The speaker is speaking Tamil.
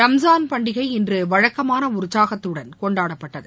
ரம்ஜான் பண்டிகை இன்று வழக்கமான உற்சாகத்துடன் கொண்டாடப்பட்டது